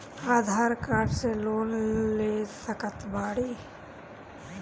आधार card से loan ले सकत बणी?